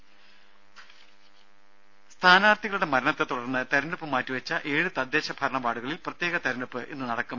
രെട സ്ഥാനാർത്ഥികളുടെ മരണത്തെ തുടർന്ന് തിരഞ്ഞെടുപ്പ് മാറ്റിവച്ച ഏഴ് തദ്ദേശ ഭരണ വാർഡുകളിൽ പ്രത്യേക തിരഞ്ഞെടുപ്പ് ഇന്ന് നടക്കും